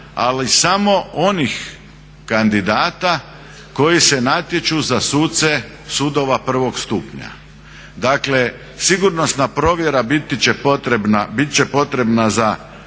ali samo onih kandidata koji se natječu za suce sudova prvog stupnja. Dakle sigurnosna provjera biti će potrebna za